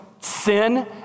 sin